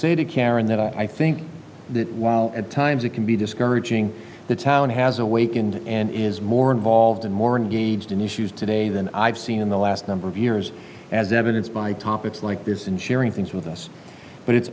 say to karen that i think that while at times it can be discouraging the town has awakened and is more involved and more and gauged in issues today than i've seen in the last number of years as evidenced by topics like this in sharing things with us but it's